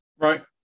Right